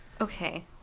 Okay